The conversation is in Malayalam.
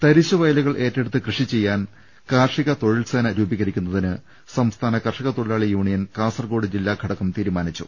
തരിശ്ശുവയലുകൾ ഏറ്റെടുത്ത് കൃഷിചെയ്യാൻ കാർഷി ക തൊഴിൽസേന രൂപീകരിക്കുന്നതിന് സംസ്ഥാന കർഷകതൊഴിലാളി യൂണിയൻ കാസർകോട് ജില്ലാഘ ടകം തീരുമാനിച്ചു